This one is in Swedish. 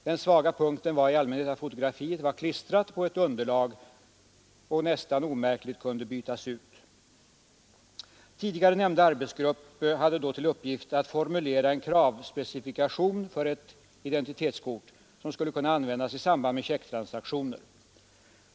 Den svaga punkten var i allmänhet att fotografiet var klistrat på ett underlag och nästan omärkligt kunde bytas ut. Tidigare nämnda arbetsgrupp hade då till uppgift att formulera en kravspecifikation för ett identitetskort, som skulle kunna användas i samband med checktransaktioner.